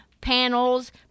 panels